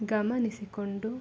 ಗಮನಿಸಿಕೊಂಡು